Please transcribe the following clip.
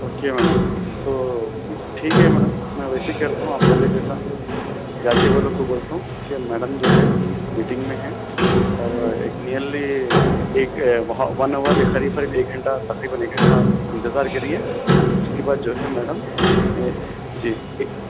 okay madam تو ٹھیک ہے میڈم میں ویسی ہی کہہ دیتا ہوں آپ بولے جیسا جا کے وہ لوگ کو بولتا ہوں کہ میڈم جو ہے میٹنگ میں ہیں اور ایک نیرلی ایک ون آور کے قریب قریب ایک گھنٹہ تقریبا ایک گھنٹہ انتظار کریے اس کے بعد جو ہے میڈم جی